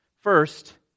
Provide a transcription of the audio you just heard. First